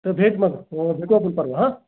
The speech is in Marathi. तर भेट मग भेटू आपण परवा